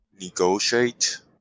negotiate